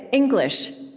english!